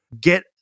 Get